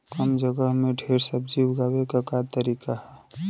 कम जगह में ढेर सब्जी उगावे क का तरीका ह?